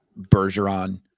Bergeron